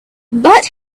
but